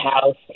House